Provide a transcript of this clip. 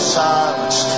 silence